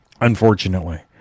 Unfortunately